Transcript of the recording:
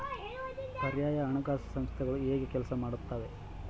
ಪರ್ಯಾಯ ಹಣಕಾಸು ಸಂಸ್ಥೆಗಳು ಹೇಗೆ ಕೆಲಸ ಮಾಡುತ್ತವೆ?